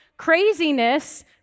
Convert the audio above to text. craziness